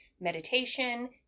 meditation